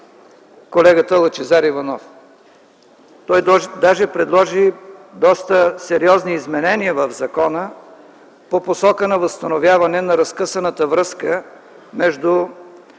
колегата Лъчезар Иванов. Той даже предложи доста сериозни изменения в закона по посока на възстановяване на разкъсаната връзка между